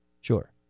Sure